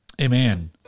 Amen